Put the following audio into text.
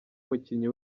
mukinnyi